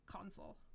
console